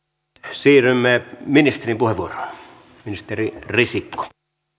siirrymme ministerin puheenvuoroon ministeri risikko